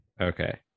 Okay